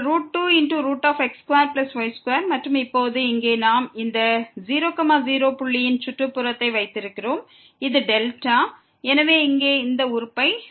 ஒரு 2x2y2 மற்றும் இப்போது இங்கே நாம் இந்த 0 0 புள்ளியின் சுற்றுப்புறத்தை வைத்திருக்கிறோம் அதை நாம் வால் பிணைக்க முடியும்